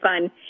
fun